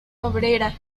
obrera